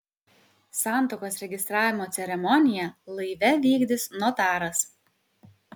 santuokos registravimo ceremoniją laive vykdys notaras